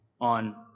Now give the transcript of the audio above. on